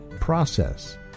process